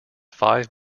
five